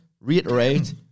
reiterate